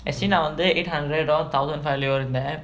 actually நா வந்து:naa vanthu eight hundred or thousand five lah இருந்த:iruntha